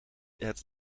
het